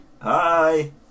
Hi